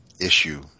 issue